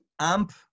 Amp